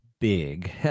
big